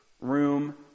room